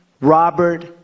Robert